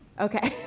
okay.